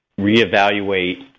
reevaluate